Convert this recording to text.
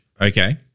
Okay